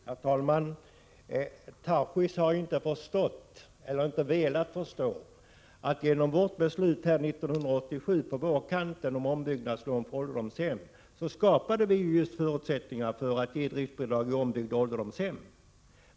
Herr talman! Tarschys har inte förstått eller inte velat förstå att vi genom vårt beslut på vårkanten 1987 om ombyggnadslån för ålderdomshem skapade just förutsättningar för att ge driftbidrag i ombyggda ålderdomshem.